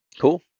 Cool